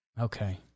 okay